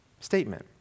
statement